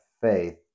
faith